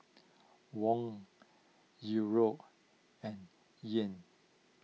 Won Euro and Yen